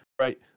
right